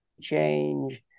change